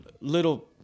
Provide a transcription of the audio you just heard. little